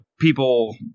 people